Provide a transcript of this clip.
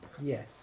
Yes